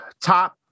Top